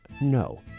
no